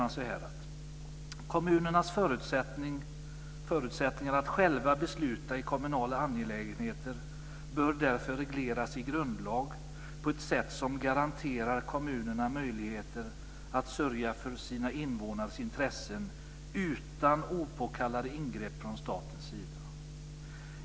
Man säger: "Kommunernas förutsättningar att själva besluta i kommunala angelägenheter bör därför regleras i grundlag på ett sätt som garanterar kommunerna möjligheter att sörja för sina invånares intressen utan opåkallade ingrepp från statens sida.